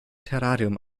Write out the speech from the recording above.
terrarium